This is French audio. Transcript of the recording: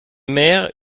mère